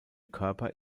körper